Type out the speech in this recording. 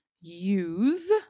use